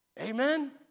Amen